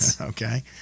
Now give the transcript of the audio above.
Okay